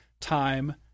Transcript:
Time